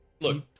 look